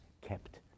kept